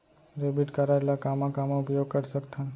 Debit card ला कामा कामा उपयोग कर सकथन?